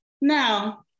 now